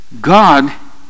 God